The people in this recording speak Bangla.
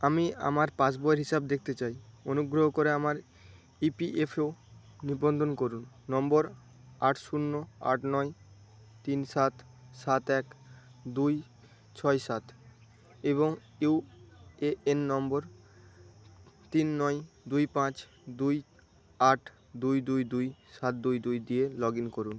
আমি আমার পাসবইয়ের হিসাব দেখতে চাই অনুগ্রহ করে আমার ই পি এফ ও নিবন্ধন করুন নম্বর আট শূন্য আট নয় তিন সাত সাত এক দুই ছয় সাত এবং ইউ এ এন নম্বর তিন নয় দুই পাঁচ দুই আট দুই দুই দুই সাত দুই দুই দিয়ে লগ ইন করুন